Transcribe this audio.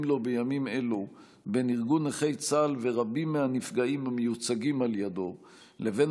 לו בימים אלו בין ארגון נכי צה"ל ורבים מהנפגעים המיוצגים על ידו לבין